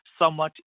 somewhat